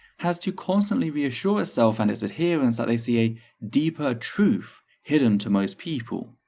has to constantly reassure itself and its adherents that they see a deeper truth hidden to most people.